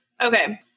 Okay